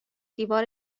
دیوار